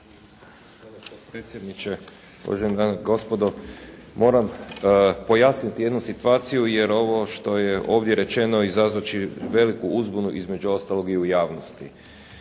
ovo što je ovdje izrečeno izazvati će veliku uzbunu, između ostalog i u javnosti.